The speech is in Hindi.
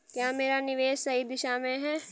क्या मेरा निवेश सही दिशा में है?